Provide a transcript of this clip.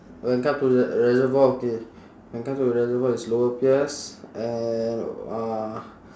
when come to re~ reservoir okay when come to reservoir it's lower peirce and uh